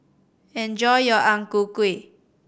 enjoy your Ang Ku Kueh